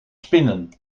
spinnen